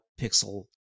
pixel